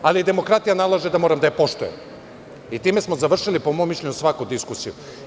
Ali, demokratija nalaže da moram da je poštujem i time smo završili, po mom mišljenju, svaku diskusiju.